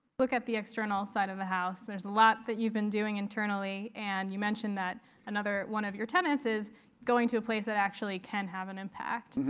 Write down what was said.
look at the external side of the house. there's a lot that you've been doing internally, and you mentioned that another one of your tenants is going to a place that actually can have an impact,